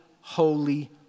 holy